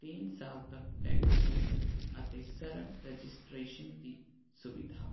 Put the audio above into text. ਤੀਨ ਸਾਲ ਤੱਕ ਟੈਕਸ ਮੁਕਤ ਅਤੇ ਸਰਲ ਰਜਿਸਟਰੇਸ਼ਨ ਦੀ ਸੁਵਿਧਾ